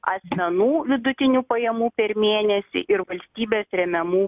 asmenų vidutinių pajamų per mėnesį ir valstybės remiamų